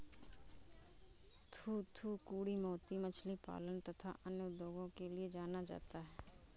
थूथूकुड़ी मोती मछली पालन तथा अन्य उद्योगों के लिए जाना जाता है